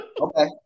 Okay